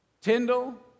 Tyndall